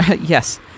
Yes